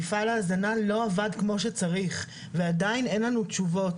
מפעל ההזנה לא עבד כמו שצריך ועדין אין לנו תשובות.